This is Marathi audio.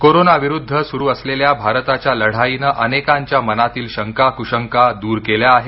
कोरोनाविरुद्ध सुरू असलेल्या भारताच्या लढाईनं अनेकांच्या मनातील शंका कुशंका दूर केल्या आहेत